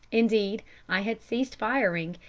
indeed i had ceased firing,